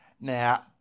Now